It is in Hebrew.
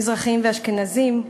מזרחיים ואשכנזים,